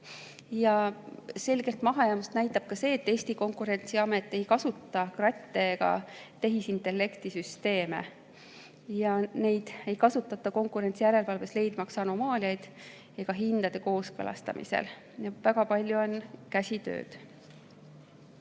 Selget mahajäämust näitab ka see, et Eesti Konkurentsiamet ei kasuta kratte ega tehisintellektisüsteeme, neid ei kasutata konkurentsijärelevalves, leidmaks anomaaliaid, ega ka hindade kooskõlastamisel. Väga palju on käsitsitööd.